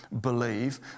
believe